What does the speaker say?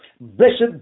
Blessed